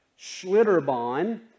Schlitterbahn